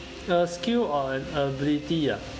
a skill or an ability ah